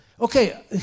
okay